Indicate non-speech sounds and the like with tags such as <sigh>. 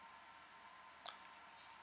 <noise>